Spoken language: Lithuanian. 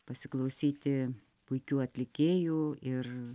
pasiklausyti puikių atlikėjų ir